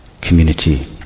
community